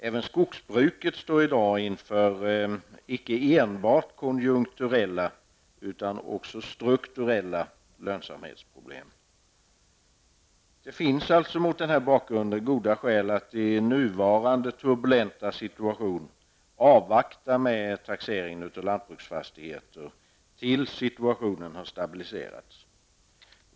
Även skogsbruket står i dag inför icke enbart konjunkturella utan även strukturella lönsamhetsproblem. Mot den bakgrunden finns det goda skäl att i nuvarande turbulenta situation avvakta med taxeringen av lantbruksfastigheter till dess att situationen har stabiliserats.